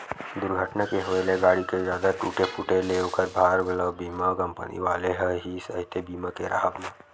दूरघटना के होय ले गाड़ी के जादा टूटे फूटे ले ओखर भार ल बीमा कंपनी वाले ह ही सहिथे बीमा के राहब म